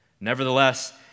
Nevertheless